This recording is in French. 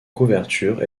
couverture